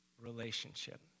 Relationship